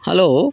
hello